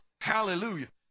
Hallelujah